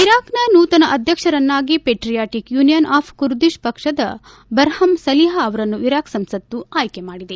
Iraq ನ ನೂತನ ಅಧ್ಯಕ್ಷರನ್ನಾಗಿ ಪೆಟ್ರಯಾಟಕ್ ಯೂನಿಯನ್ ಆಫ್ ಕುರ್ದಿತ್ ಪಕ್ಷದ ಬರ್ಹಮ್ ಸಲಿಹ್ ಅವರನ್ನು ಇರಾಕ್ ಸಂಸತ್ತು ಆಯ್ಕೆ ಮಾಡಿದೆ